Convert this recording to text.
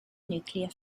nuclear